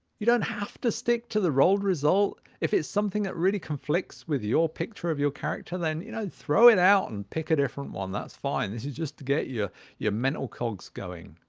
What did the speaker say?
you don't have to stick to the rolled result. if it's something that really conflicts with your picture of your character then you know throw it out and pick a different one, that's fine, this is just to get your your mental cogs going